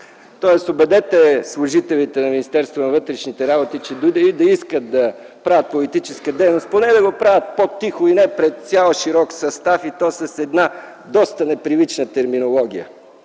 Министерството на вътрешните работи, че дори да искат да правят политическа дейност, поне да го правят по-тихо и не пред цял широк състав и то с една доста непривична терминология.